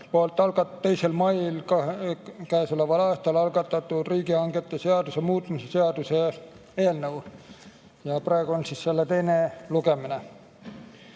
poolt 2. mail käesoleval aastal algatatud riigihangete seaduse muutmise seaduse eelnõu. Praegu on selle teine lugemine.